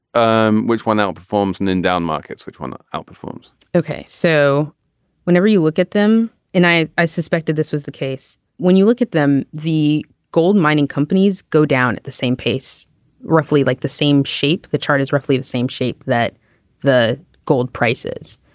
um which one outperforms and in down markets. which one outperforms ok. so whenever you look at them and i i suspected this was the case when you look at them the gold mining companies go down at the same pace roughly like the same shape. the chart is roughly the same shape that the gold prices.